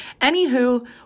anywho